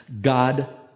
God